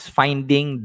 finding